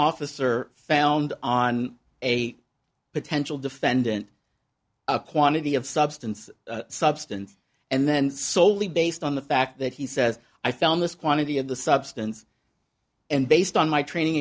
officer found on a potential defendant a quantity of substance substance and then soley based on the fact that he says i found this quantity of the substance and based on my training